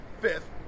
fifth